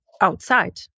outside